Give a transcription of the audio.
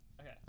Okay